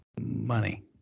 money